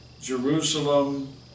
Jerusalem